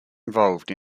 involved